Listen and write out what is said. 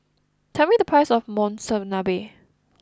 tell me the price of Monsunabe